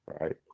right